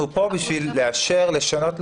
אנחנו פה בשביל לאשר, לשנות.